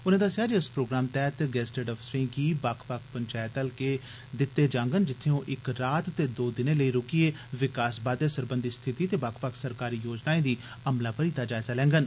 उनें दस्सेआ जे इस प्रोग्राम तैह्त गज़टेड अफसरें गी बक्ख बक्ख पंचैत हलके दित्ते जाडन जित्थें ओह् इक रात ते दौं दिनें लेई रूकियै विकास बाद्दे सरबंधी स्थिति ते बक्ख बक्ख सरकारी योजनाएं दी अमलावरी दा जायजा लैङन